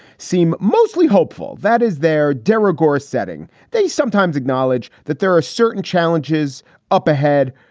seem mostly hopeful that is their darrell gorgeous setting. they sometimes acknowledge that there are certain challenges up ahead.